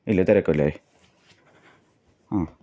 ഇല്ലെ തിരക്കില്ലെ ആ